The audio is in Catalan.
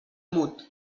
mut